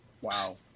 Wow